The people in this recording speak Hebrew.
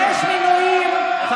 דורש מינויים תמורת עבודתו.